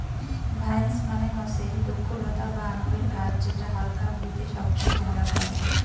vines মানে হসে দ্রক্ষলতা বা আঙুরের গাছ যেটা হালকা ভুঁইতে সবচেয়ে ভালা ফলে